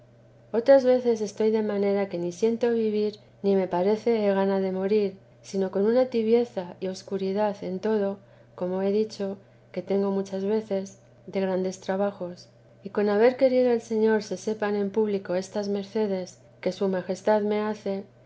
otras veces estoy de manera que ni siento vivir ni me parece he gana de morir sino con una tibieza y escuridad en todo como he dicho que tengo muchas veces de grandes trabajos y con haber querido el señor se sepan en público estas mercedes que su majestad me hace